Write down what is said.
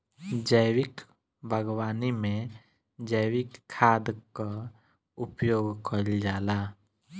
जैविक बागवानी में जैविक खाद कअ उपयोग कइल जाला